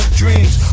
dreams